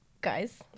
guys